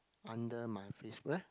under my FaceBook there